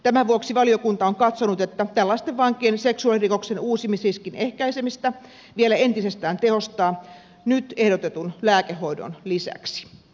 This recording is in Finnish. tämän vuoksi valiokunta on katsonut että tällaisten vankien seksuaalirikoksen uusimisriskin ehkäisemistä vielä entisestään tehostetaan nyt ehdotetun lääkehoidon lisäksi